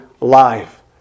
life